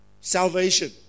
salvation